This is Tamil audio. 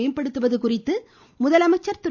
மேம்படுத்துவது குறித்து முதலமைச்சர் திரு